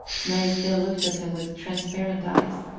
may still looked at him with transparent eyes.